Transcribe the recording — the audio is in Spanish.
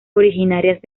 originarias